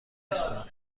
نیستن